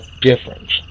difference